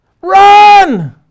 run